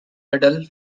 middle